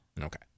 okay